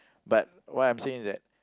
but what I'm saying is that